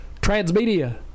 Transmedia